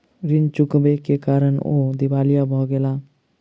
ऋण चुकबै के कारण ओ दिवालिया भ गेला